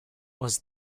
was